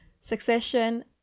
succession